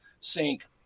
sink